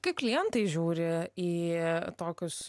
kaip klientai žiūri į tokius